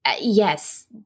yes